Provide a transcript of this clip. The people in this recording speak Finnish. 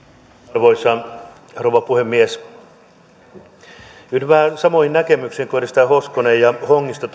arvoisa rouva puhemies yhdyn vähän samoihin näkemyksiin kuin edustajat hoskonen ja hongisto